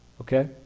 okay